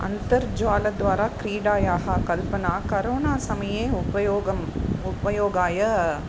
अन्तर्जालद्वारा क्रीडायाः कल्पना करोना समये उपयोगम् उपयोगाय